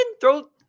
throw